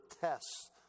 tests